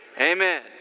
Amen